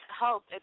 help